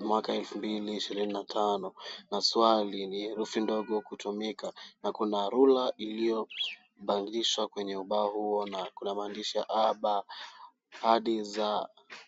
mwaka elfu mbili ishirini na tano na swali ni herufi ndogo kutumika na kuna rula iliyobangishwa kwenye ubao huo na kuna maandishi ya A, B hadi Z.